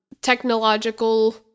technological